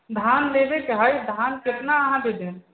धान लेबयके हइ धान केतना अहाँ दऽ देब